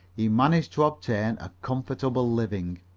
he managed to obtain a comfortable living.